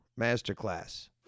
Masterclass